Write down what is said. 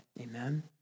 Amen